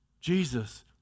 Jesus